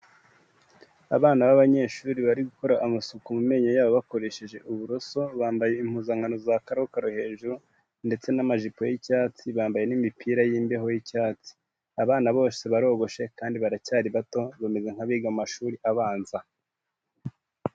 Abana b'abanyeshuri bari gukora amasuku mu menyo yabo bakoresheje uburoso, bambaye impuzankano za karokaro hejuru, ndetse n'amajipo y'icyatsi, bambaye n'imipira y'imbeho y'icyatsi. Abana bose barogoshe kandi baracyari bato, bameze nk'abiga mu mashuri abanza.